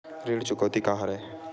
ऋण चुकौती का हरय?